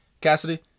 Cassidy